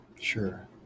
Sure